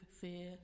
fear